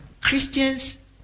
Christians